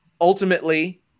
ultimately